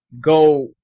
go